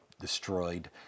destroyed